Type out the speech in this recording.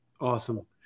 Awesome